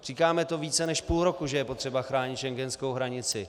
Říkáme to více než půl roku, že je potřeba chránit schengenskou hranici.